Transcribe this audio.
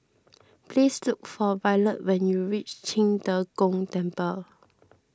please look for Violet when you reach Qing De Gong Temple